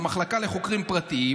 למחלקה לחוקרים פרטיים,